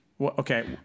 okay